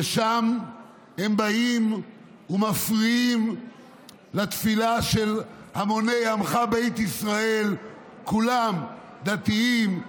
לשם הם באים ומפריעים לתפילה של המוני עמך בית ישראל כולם: דתיים,